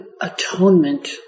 atonement